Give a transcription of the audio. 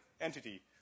entity